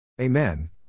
Amen